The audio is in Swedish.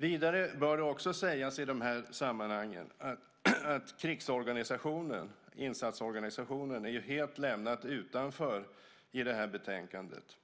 Vidare bör det också sägas i de här sammanhangen att krigsorganisationen, insatsorganisationen, är helt lämnad utanför i det här betänkandet.